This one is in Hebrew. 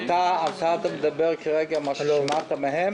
אתה מדבר על מה ששמעת מהם?